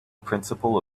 principle